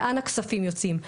לאן הכספים יוצאים,